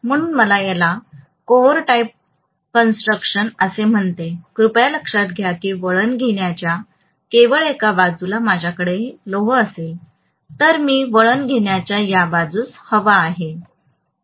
म्हणून मी याला कोअर टाइप कन्स्ट्रक्शन असे म्हणतो कृपया लक्षात घ्या की वळण घेण्याच्या केवळ एका बाजूला माझ्याकडे लोह असेल तर मी वळण घेण्याच्या या बाजूस हवा आहे